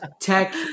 tech